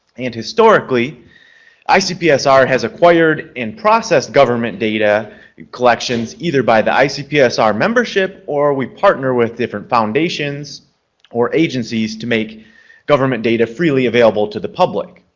and historically icpsr has acquired and processed government data collections either by the icpsr membership or we partner with different foundations or agencies to make government data freely available to the public.